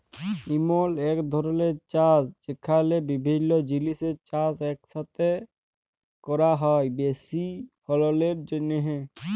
ইমল ইক ধরলের চাষ যেখালে বিভিল্য জিলিসের চাষ ইকসাথে ক্যরা হ্যয় বেশি ফললের জ্যনহে